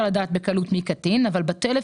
מי כתב